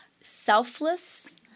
selfless